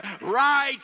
right